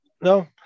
no